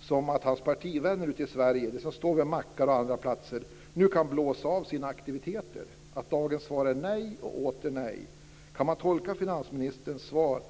som att hans partivänner ute i Sverige, som står vid mackar och på andra platser, nu kan blåsa av sina aktiviteter, därför att dagens svar är nej och åter nej? Kan man tolka finansministerns svar